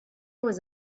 was